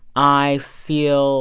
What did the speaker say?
i feel